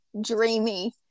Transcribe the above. dreamy